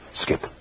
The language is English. Skip